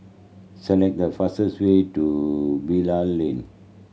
select the fastest way to Bilal Lane